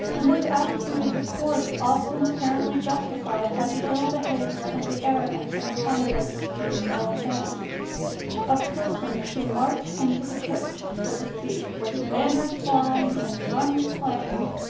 and this attitude is, of course, often apparently justified by the ill-behaviour and the arrogance of a convert or two now and then of persons who march into the church, so to speak, with banners flying and drums playing,